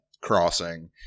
crossing